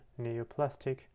neoplastic